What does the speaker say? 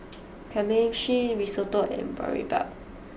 Kamameshi Risotto and Boribap